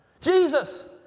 Jesus